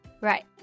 Right